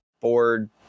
board